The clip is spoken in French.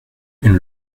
une